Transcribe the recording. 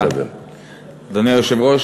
אדוני היושב-ראש,